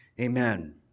Amen